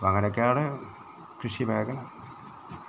അങ്ങനെ ഒക്കെയാണ് കൃഷി പാകുന്നത്